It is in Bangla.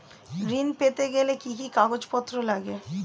ঋণ পেতে গেলে কি কি কাগজপত্র লাগে?